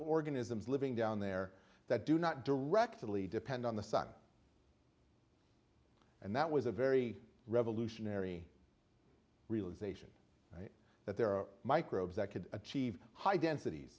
organisms living down there that do not directly depend on the sun and that was a very revolutionary realization that there are microbes that could achieve high